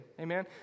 Amen